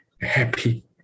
happy